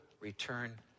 return